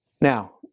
Now